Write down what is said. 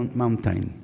mountain